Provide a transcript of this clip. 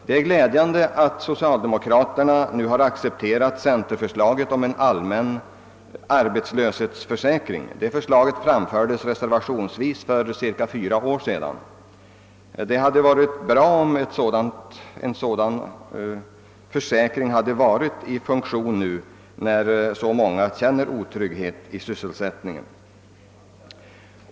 Det är glädjande att socialdemokraterna nu har accepterat centerförslaget om en allmän arbetslöshetsförsäkring. Det förslaget framfördes reservationsvis för cirka fyra år sedan. Det hade varit bra om en sådan försäkring varit i funktion nu när så många känner otrygghet i sysselsättningen.